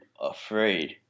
afraid